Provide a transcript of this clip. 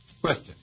Question